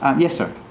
um yes, sir?